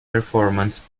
performance